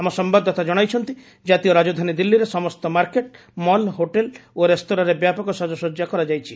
ଆମ ସମ୍ବାଦଦାତା କଣାଇଛନ୍ତି ଜାତୀୟ ରାଜଧାନୀ ଦିଲ୍ଲୀରେ ସମସ୍ତ ମାର୍କେଟ୍ ମଲ ହୋଟେଲ ଓ ରେସ୍ତୋରାଁରେ ବ୍ୟାପକ ସାଜସଜା କରାଯାଇଛି